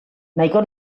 nahiko